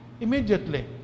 immediately